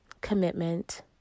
commitment